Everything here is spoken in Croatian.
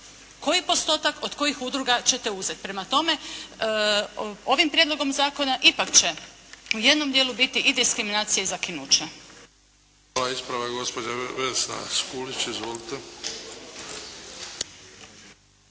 koji postotak od kojih udruga ćete uzeti. Prema tome, ovim prijedlogom zakona ipak će u jednom dijelu biti i diskriminacija i zakinuće. **Bebić, Luka (HDZ)** Hvala. Ispravak gospođa Vesna Škulić. Izvolite.